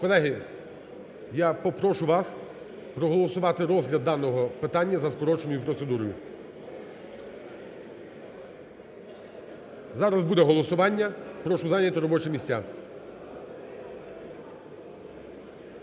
Колеги, я попрошу вас проголосувати розгляд даного питання за скороченою процедурою. Зараз буде голосування, прошу зайняти робочі місця.